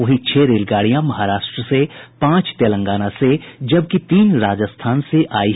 वहीं छह रेलगाड़ियां महाराष्ट्र से पांच तेलंगाना से जबकि तीन राजस्थान से आयी